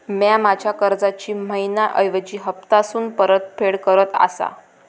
म्या माझ्या कर्जाची मैहिना ऐवजी हप्तासून परतफेड करत आसा